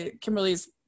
Kimberly's